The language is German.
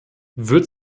wird